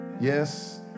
Yes